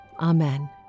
Amen